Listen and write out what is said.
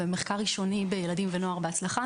ובמחקר ראשוני בילדים ונוער בהצלחה.